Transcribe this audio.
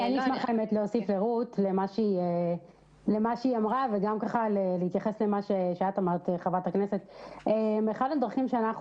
נבחרות בבתי ספר הן אחת הדרכים שאנחנו